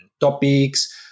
topics